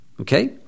Okay